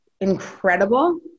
incredible